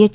H